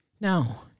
Now